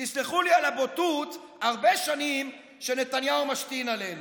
תסלחו לי על הבוטות: הרבה שנים שנתניהו משתין עלינו,